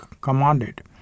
commanded